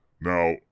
Now